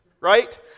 right